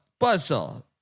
buzzsaw